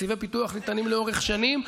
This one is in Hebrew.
תקציבי פיתוח ניתנים לאורך שנים.